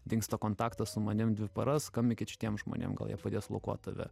dingsta kontaktas su manim dvi paras skambinkit šitiem žmonėm gal jie padės lokuot tave